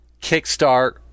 kickstart